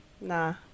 nah